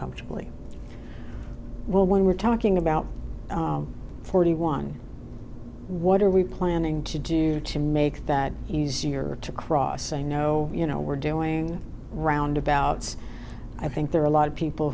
comfortably well when we're talking about forty one what are we planning to do to make that easier to cross a no you know we're doing roundabouts i think there are a lot of people